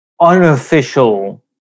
unofficial